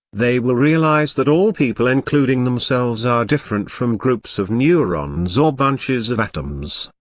they will realize that all people including themselves are different from groups of neurons or bunches of atoms.